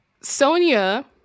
Sonia